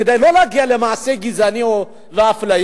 כדי לא להגיע למעשה גזעני או לאפליה,